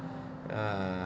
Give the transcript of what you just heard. uh